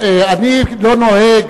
אני לא נוהג